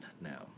now